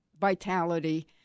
vitality